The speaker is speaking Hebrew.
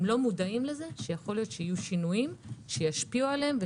הם לא מודעים שיכול להיות שיהיו שינויים שישפיעו עליהם.